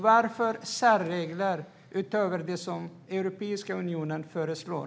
Varför särregler utöver det som Europeiska unionen föreslår?